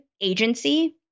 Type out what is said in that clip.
agency